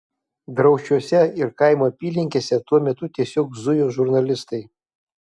draučiuose ir kaimo apylinkėse tuo metu tiesiog zujo žurnalistai